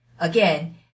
again